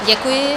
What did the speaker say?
Děkuji.